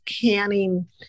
canning